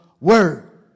Word